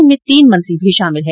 इनमें तीन मंत्री भी शामिल है